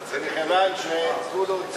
ומכיוון שזבולון,